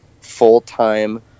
full-time